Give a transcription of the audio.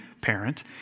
parent